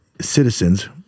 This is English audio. citizens